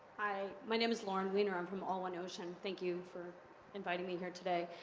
hi, my name is lauren weiner, i'm from all one ocean. thank you for inviting me here today.